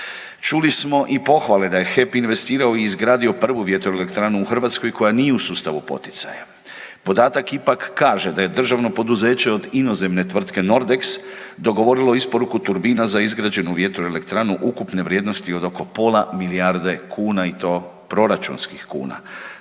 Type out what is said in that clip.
Čuli smo i pohvale da je HEP investirao i izgradio prvu vjetroelektranu u Hrvatskoj koja nije u sustavu poticaja. Podatak ipak kaže da je državno poduzeće od inozemne tvrtke Nordex dogovorilo isporuku turbina za izgrađenu vjetroelektranu ukupne vrijednosti od oko pola milijarde kuna i to proračunskih kuna.